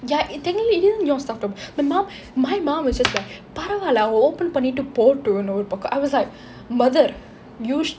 ya technically not your stuff to open my mum my mum is just like பரவால்லே அவள்:paravaalle aval open பண்ணிட்டு போகட்டும்:pannittu pogattum I was like mother you